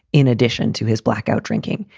in addition to his blackout drinking,